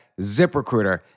ZipRecruiter